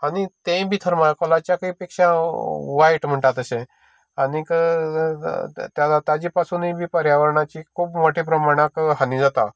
आनी तेंय बी थरमाकोलाच्या पेक्षा वायट म्हणटा तशें आनीक ताजे पासुनूय बी पर्यावरणाची खूब मोठे प्रमाणांक खूब हानी जाता